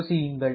யோசியுங்கள்